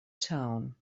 town